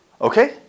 Okay